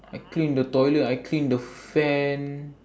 I clean the toilet I clean the fan